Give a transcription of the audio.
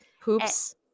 Hoops